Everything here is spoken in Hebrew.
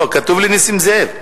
לא, כתוב לי נסים זאב.